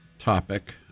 topic